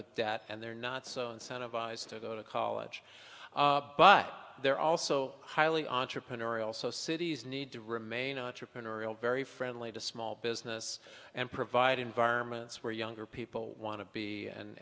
with debt and they're not so incentivized to go to college but they're also highly entrepreneurial so cities need to remain entrepreneurial very friendly to small business and provide environments where younger people want to be